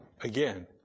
Again